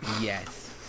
Yes